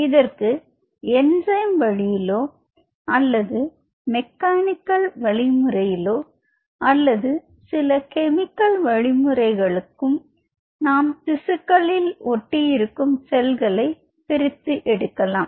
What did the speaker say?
இதற்கு என்சைம் வழியிலோ அல்லது மெக்கானிக்கல் வழிமுறை அல்லது சில கெமிக்கல் வழிமுறைகளும் நாம் திசுக்கள் ஒட்டியிருக்கும் செல்களை பிரித்து எடுக்கலாம்